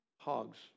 hogs